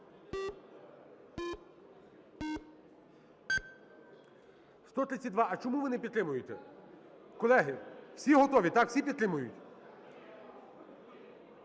За-132 А чому ви не підтримуєте? Колеги, всі готові, так? Всі підтримують?